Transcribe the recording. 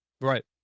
right